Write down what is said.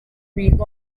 week